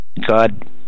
God